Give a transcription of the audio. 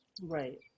right